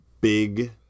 big